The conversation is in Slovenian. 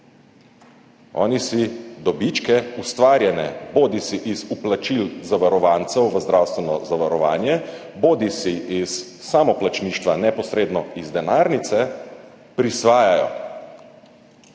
Oni si dobičke, ustvarjene bodisi iz vplačil zavarovancev v zdravstveno zavarovanje bodisi iz samoplačništva neposredno iz denarnice prisvajajo,